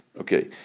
Okay